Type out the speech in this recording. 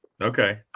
Okay